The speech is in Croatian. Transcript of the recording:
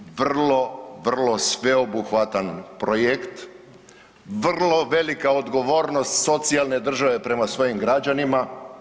Vrlo, vrlo sveobuhvatan projekt, vrlo velika odgovornost socijalne države prema svojim građanima.